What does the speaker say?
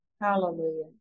Hallelujah